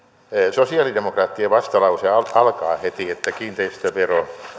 sosialidemokraattien vastalause alkaa alkaa heti että kiinteistövero